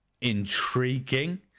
intriguing